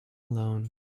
alone